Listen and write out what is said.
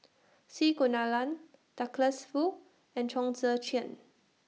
C Kunalan Douglas Foo and Chong Tze Chien